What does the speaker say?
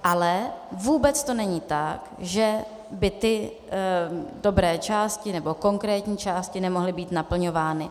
Ale vůbec to není tak, že by ty dobré části nebo konkrétní části nemohly být naplňovány.